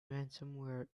ransomware